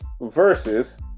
versus